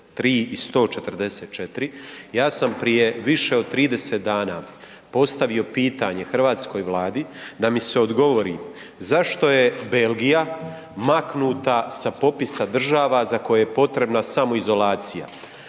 i 144. Ja sam prije više od 30 dana postavio pitanje hrvatskoj Vladi da mi se odgovori zašto je Belgija maknuta sa popisa država za koje je potrebna samoizolacija.